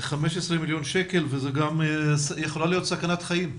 זה 15 מיליון שקל וזה גם יכולה להיות סכנת חיים.